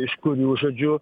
iš kurių žodžiu